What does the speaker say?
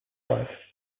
tribe